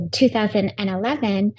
2011